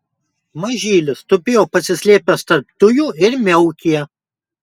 mažylis tupėjo pasislėpęs tarp tujų ir miaukė